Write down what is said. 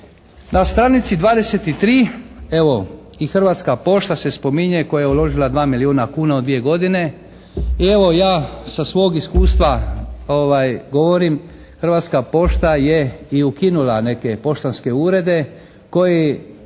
Na stranici 23. evo i Hrvatska pošta se spominje koja je uložila dva milijuna kuna u dvije godine. I evo ja sa svog iskustva govorim Hrvatska pošta je i ukinula neke poštanske urede koji